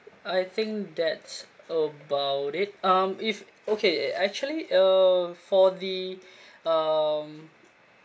I think that's about it um if okay actually uh for the um